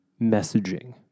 Messaging